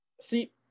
See